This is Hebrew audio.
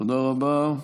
תודה רבה.